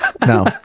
no